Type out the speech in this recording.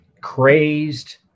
crazed